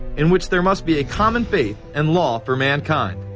in which there must be a common faith and law for mankind.